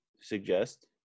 suggest